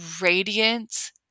radiant